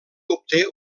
obté